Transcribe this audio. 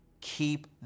keep